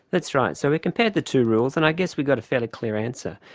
that's right, so we compared the two rules and i guess we got a fairly clear answer,